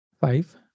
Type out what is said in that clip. Five